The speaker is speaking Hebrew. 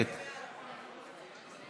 התשע"ז 2017,